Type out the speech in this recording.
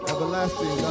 Everlasting